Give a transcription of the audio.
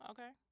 Okay